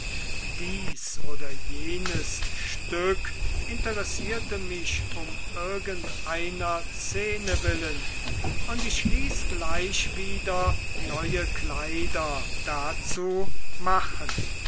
dies oder jenes stück interessierte mich um irgendeiner szene willen und ich ließ gleich wieder neue kleider dazu machen